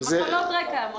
מחלות רקע.